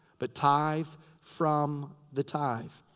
but tithe from the tithe.